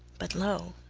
but lo,